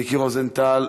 מיקי רוזנטל,